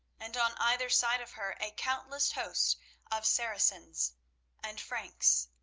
and on either side of her a countless host of saracens and franks,